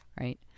right